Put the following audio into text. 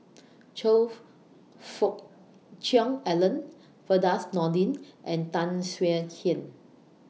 Choe Fu Fook Cheong Alan Firdaus Nordin and Tan Swie Hian